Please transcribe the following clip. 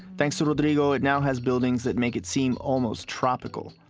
thanks to rodrigo, it now has buildings that make it seems almost tropical.